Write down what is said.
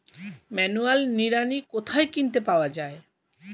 Manual নিড়ানি কোথায় কিনতে পাওয়া যায়?